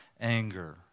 anger